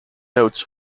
notes